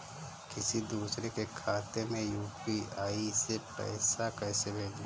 किसी दूसरे के खाते में यू.पी.आई से पैसा कैसे भेजें?